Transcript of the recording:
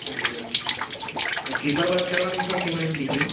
જી ma'am sleeper bus કરવાની છે કે મેમ સીટીંગ